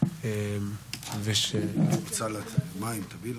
לרפות את ידו של צה"ל.